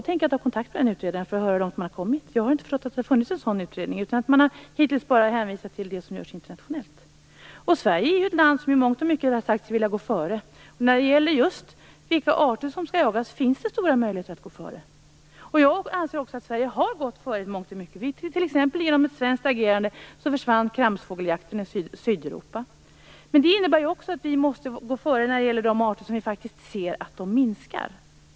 Jag tänker ta kontakt med den utredaren för att få höra hur långt han har kommit. Jag har inte förstått att det har funnits någon sådan utredning. Hittills har man ju bara hänvisat till det som görs internationellt. Sverige är ju ett land som i mångt och mycket har sagt sig vilja gå före, och när det gäller vilka arter som skall jagas finns det stora möjligheter att gå före. Jag anser också att Sverige har gått före i mångt och mycket. Kramsfågeljakten i Sydeuropa försvann t.ex. genom ett svenskt agerande. Men detta innebär också att Sverige måste gå före när det gäller de arter som man faktiskt ser minska.